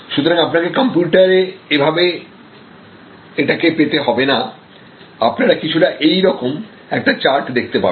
সুতরাং আপনাকে কম্পিউটারে এটাকে এভাবে পেতে হবে না আপনারা কিছুটা এই রকম একটা চার্ট দেখতে পাবেন